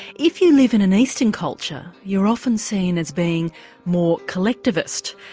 if you live in an eastern culture you're often seen as being more collectivist,